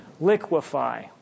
liquefy